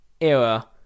era